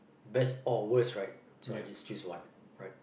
best or worst right so I just choose one